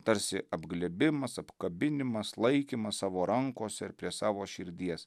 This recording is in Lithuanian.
tarsi apglėbimas apkabinimas laikymas savo rankose ir prie savo širdies